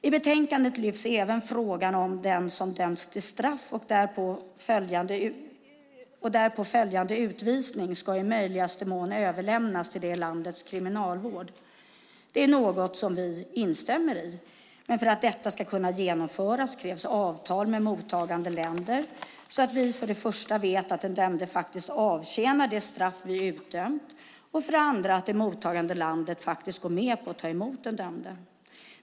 I betänkandet lyfts även frågan upp om att den som dömts till straff och därpå följande utvisning i möjligaste mån ska överlämnas till det landets kriminalvård. Det är något vi instämmer i, men för att detta ska kunna genomföras krävs avtal med mottagande länder, så att vi för det första vet att den dömda faktiskt avtjänar det straff som vi utdömt och för det andra vet att mottagande land faktiskt går med på att ta emot den dömde.